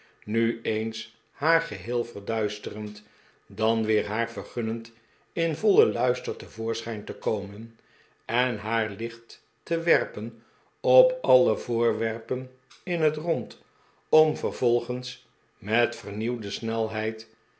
nu eens haar geheel verduisterend dan weer haar vergunnend in vollen luister te voorschijn te komen en haar licht te werpen op alle voorwerpen in het rond om vervolgens met vernieuwde snelheid